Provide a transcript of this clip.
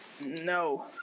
No